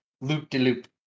loop-de-loop